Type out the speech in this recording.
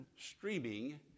streaming